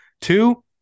Two